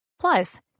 Plus